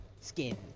skin